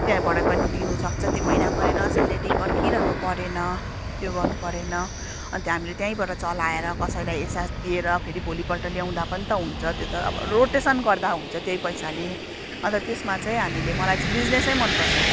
त्यहाँबाटै पनि दिन सक्छ त्यो महिना मरेर सेलेरी पर्खिरहनु परेन त्यो गर्नु परेन अन्त हामीले त्यहीँबाट चलाएर कसैलाई एहसास दिएर फेरि भोलिपल्ट ल्याउँदा पनि त हुन्छ त्यो त रेटोसन गर्दा हुन्छ त्यही पैसाले अन्त त्यसमा चाहिँ हामीले मलाई चाहिँ बिजिनेसै मनपर्छ